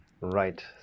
Right